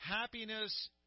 happiness